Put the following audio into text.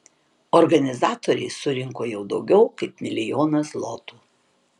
organizatoriai surinko jau daugiau kaip milijoną zlotų